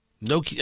No